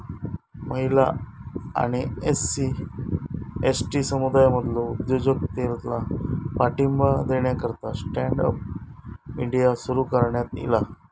महिला आणि SC, ST समुदायांमधलो उद्योजकतेला पाठिंबा देण्याकरता स्टँड अप इंडिया सुरू करण्यात ईला